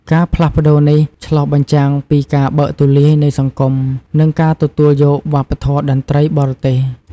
ការផ្លាស់ប្តូរនេះឆ្លុះបញ្ចាំងពីការបើកទូលាយនៃសង្គម និងការទទួលយកវប្បធម៌តន្ត្រីបរទេស។